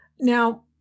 Now